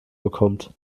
bekommt